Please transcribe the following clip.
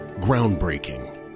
Groundbreaking